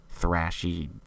thrashy